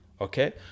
okay